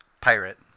pirate